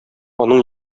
аның